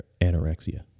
anorexia